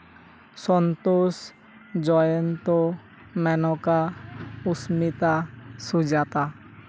Santosh Jayanta Menaka Susmita Sujata